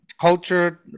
culture